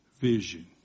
vision